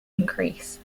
increase